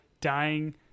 dying